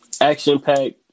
action-packed